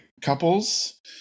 couples